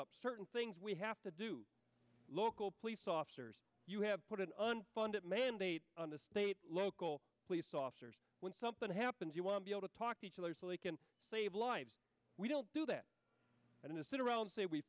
up certain things we have to do local police officers you have put an unfunded mandate on the state local police officers when something happens you want to be able to talk to each other so they can save lives we don't do that in a sit around and say we